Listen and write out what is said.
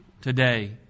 today